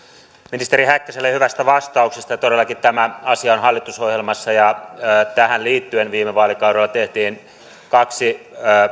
ministeri häkkäselle hyvästä vastauksesta todellakin tämä asia on hallitusohjelmassa ja tähän liittyen viime vaalikaudella tehtiin kaksi